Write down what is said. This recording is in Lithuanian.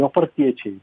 jo partiečiai